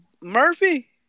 Murphy